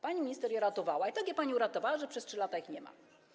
Pani minister je ratowała i tak je pani uratowała, że po 3 latach ich nie ma.